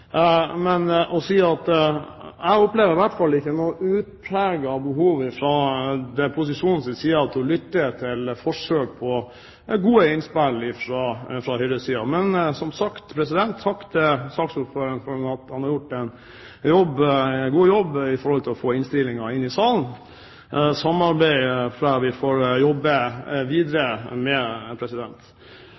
Men jeg har i hvert fall ikke opplevd noe utpreget behov fra posisjonens side for å lytte til forsøk på gode innspill fra høyresiden. Men som sagt: Takk til saksordføreren for at han har gjort en god jobb for å få innstillingen inn i salen. Samarbeidet tror jeg vi får jobbe videre med.